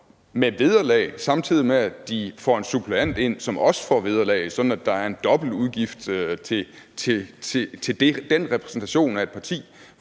med vederlag, samtidig med at de får en suppleant ind, som også får vederlag, sådan at der er en dobbelt udgift til at dække den repræsentation af et parti,